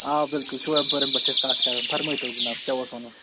آ بِلکُل شُوام پوٗریم پیٚٹھٕ چھِ أسۍ کتھ کَران فَرٕمایتو جِناب کیٛاہ اوس وَنُن